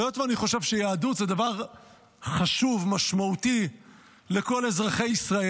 והיות שאני חושב שיהדות זה דבר חשוב ומשמעותי לכל אזרחי ישראל,